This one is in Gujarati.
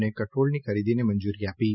અને કઠોળની ખરીદીને મંજુરી આપી છે